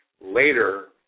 later